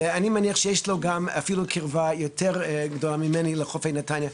אני מניח שיש לו אפילו קירבה יותר גדולה ממני לחופי נתניה.